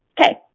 Okay